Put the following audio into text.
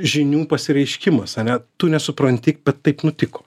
žinių pasireiškimas ane tu nesupranti bet taip nutiko